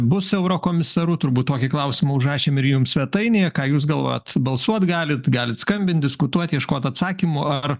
bus eurokomisaru turbūt tokį klausimą užrašėm ir jum svetainėje ką jūs galvojat balsuot galit galit skambint diskutuot ieškot atsakymų ar